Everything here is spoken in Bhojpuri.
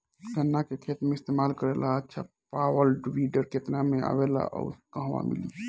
गन्ना के खेत में इस्तेमाल करेला अच्छा पावल वीडर केतना में आवेला अउर कहवा मिली?